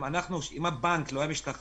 אם הבנק לא היה משתכנע,